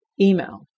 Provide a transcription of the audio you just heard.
email